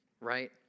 right